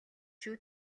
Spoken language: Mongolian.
шүү